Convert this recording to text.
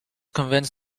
convinced